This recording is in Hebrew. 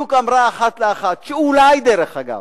ואמרה בדיוק, אחת לאחת, שאולי, דרך אגב,